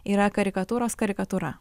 yra karikatūros karikatūra